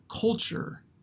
culture